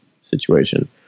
situation